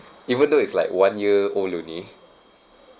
even though it's like one year old only